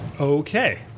Okay